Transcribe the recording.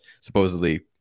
supposedly